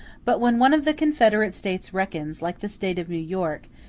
but when one of the confederate states reckons, like the state of new york,